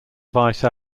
vice